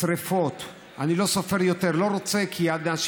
השר אקוניס, אני רוצה לתת לך